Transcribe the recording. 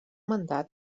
mandat